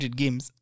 games